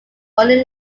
only